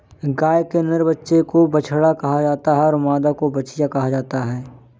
गाय के नर बच्चे को बछड़ा कहा जाता है तथा मादा को बछिया कहा जाता है